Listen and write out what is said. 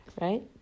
right